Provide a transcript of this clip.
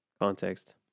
context